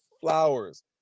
flowers